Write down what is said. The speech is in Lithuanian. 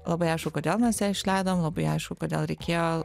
labai aišku kodėl mes ją išleidom labai aišku kodėl reikėjo